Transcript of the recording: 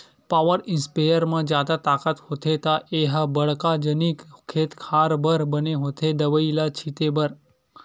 power sprayer म जादा ताकत होथे त ए ह बड़का जनिक खेते खार बर बने होथे दवई ल छिते बर